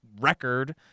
record